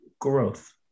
Growth